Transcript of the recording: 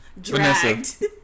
dragged